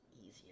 easier